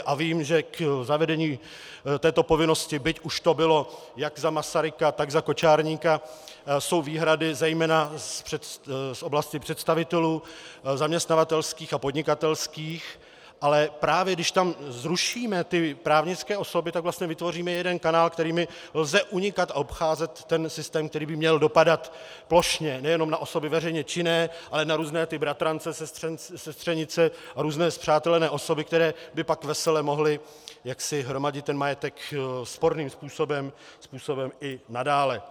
A vím, že k zavedení této povinnosti, byť už to bylo jak za Masaryka, tak za Kočárníka, jsou výhrady zejména z oblasti představitelů zaměstnavatelských a podnikatelských, ale právě když tam zrušíme právnické osoby, tak vlastně vytvoříme jeden kanál, kterým lze unikat a obcházet ten systém, který by měl dopadat plošně nejenom na osoby veřejně činné, ale na různé bratrance, sestřenice a různé spřátelené osoby, které by pak vesele mohly hromadit majetek sporným způsobem i nadále.